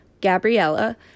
Gabriella